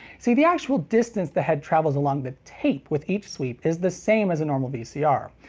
see the actual distance the head travels along the tape with each sweep is the same as a normal vcr.